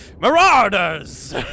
marauders